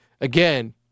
again